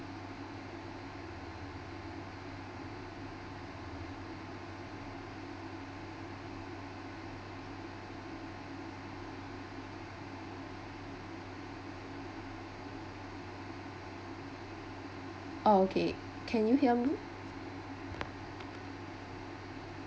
oh okay can you hear me